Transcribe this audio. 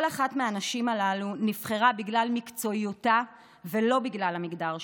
כל אחת מהנשים הללו נבחרה בגלל מקצועיותה ולא בגלל המגדר שלה.